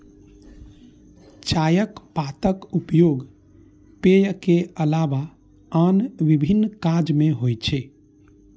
चायक पातक उपयोग पेय के अलावा आन विभिन्न काज मे होइ छै